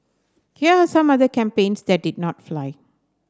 here are some other campaigns that did not fly